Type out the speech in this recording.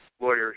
lawyers